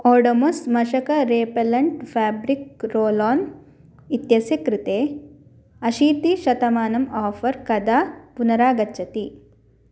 ओडमोस् मशकः repellent fabric roll on इत्यस्य कृते अशीतिशतमानम् आफ़र् कदा पुनरागच्छति